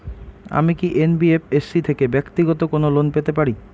আমি কি এন.বি.এফ.এস.সি থেকে ব্যাক্তিগত কোনো লোন পেতে পারি?